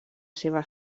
seva